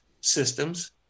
systems